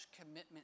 commitment